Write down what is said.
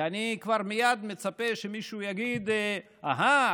ואני כבר מייד מצפה שמישהו יגיד: אהה,